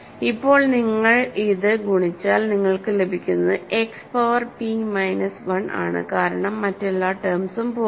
ഇപ്പോൾ നിങ്ങൾ ഇത് ഗുണിച്ചാൽ നിങ്ങൾക്ക് ലഭിക്കുന്നത് എക്സ് പവർ പി മൈനസ് 1 ആണ് കാരണം മറ്റെല്ലാ ടെംസും പോകും